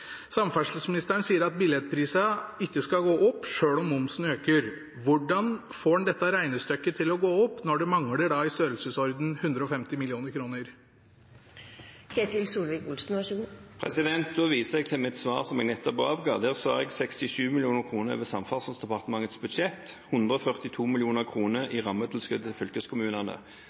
Samferdselsministeren sier at billettprisene ikke skal gå opp selv om momsen øker. Hvordan får han dette regnestykket til å gå opp når det mangler i størrelsesordenen 150 mill. kr? Da viser jeg til mitt svar, som jeg nettopp avga. Der sa jeg 67 mill. kr over Samferdselsdepartementets budsjett og 142